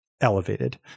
elevated